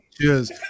Cheers